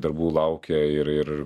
darbų laukia ir ir